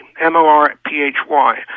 M-O-R-P-H-Y